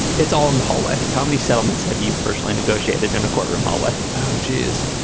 it's all in the hallway. how many settlements have you personally negotiated in a courtroom hallway oh jeez.